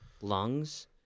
lungs